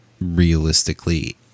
Realistically